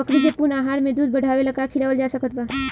बकरी के पूर्ण आहार में दूध बढ़ावेला का खिआवल जा सकत बा?